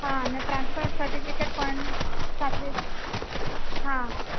હાં અને transfer certificate પણ સાથે હાં